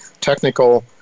Technical